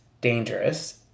dangerous